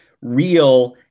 real